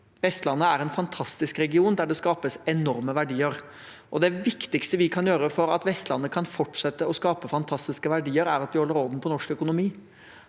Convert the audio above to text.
Vestlandet er en fantastisk region der det skapes enorme verdier, og det viktigste vi kan gjøre for at Vestlandet kan fortsette å skape fantastiske verdier, er at vi holder orden på norsk økonomi,